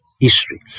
history